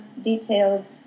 detailed